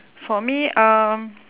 for me um